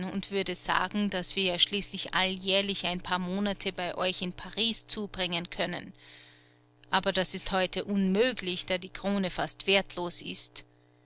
und würde sagen daß wir ja schließlich alljährlich ein paar monate bei euch in paris zubringen können aber das ist heute unmöglich da die krone fast wertlos ist